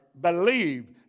believe